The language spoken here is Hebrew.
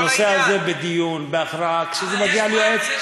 אני בעד הסטודנטים.